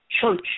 church